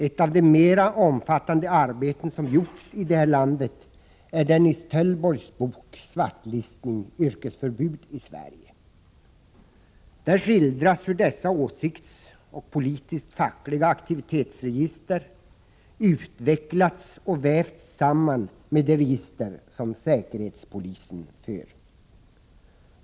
Ett av de mera omfattande arbeten som gjorts i det här landet är Dennis Töllborgs bok Svartlistning — Yrkesförbud i Sverige. Där skildras hur dessa åsiktsregister och register över facklig-politiska aktiviteter utvecklats och vävts samman med de register som säkerhetspolisen för.